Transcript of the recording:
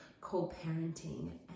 co-parenting